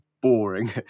boring